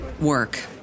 work